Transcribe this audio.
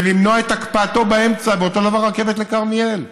ולמנוע את הקפאתו באמצע, ואותו דבר רכבת לכרמיאל.